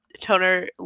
toner